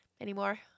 anymore